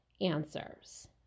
answers